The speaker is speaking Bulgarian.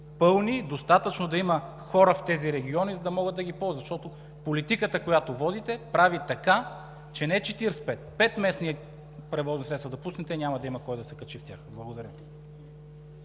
Достатъчно е да има хора в тези региони, за да могат да ги ползват, защото политиката, която водите, прави така, че не 45-местни, петместни превозни средства да пуснете, няма да има кой да се качи в тях. Благодаря